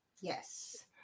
Yes